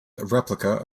replica